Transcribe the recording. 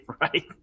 right